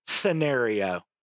scenario